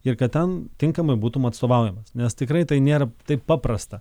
ir kad ten tinkamai būtum atstovaujamas nes tikrai tai nėra taip paprasta